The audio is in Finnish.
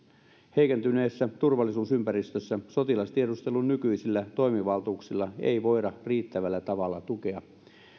heikentyneessä turvallisuusympäristössä sotilastiedustelun nykyisillä toimivaltuuksilla ei voida riittävällä tavalla tukea